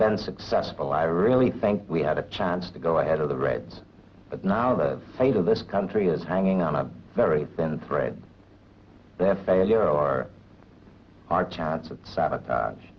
bend successful i really think we had a chance to go ahead of the reds but now the fate of this country is hanging on a very thin thread their failure are our chance of sabotage